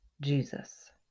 Jesus